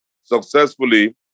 successfully